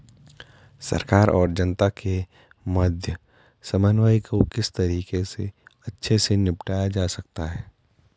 सरकार और जनता के मध्य समन्वय को किस तरीके से अच्छे से निपटाया जा सकता है?